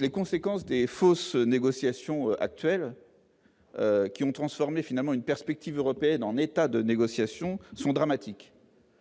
les conséquences des fausses négociations actuelles qui ont transformé finalement une perspective européenne en état de négociations sont dramatiques,